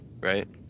right